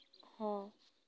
ᱦᱚᱸ